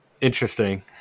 interesting